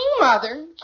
mother